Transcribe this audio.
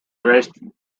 dresden